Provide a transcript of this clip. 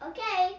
Okay